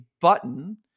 button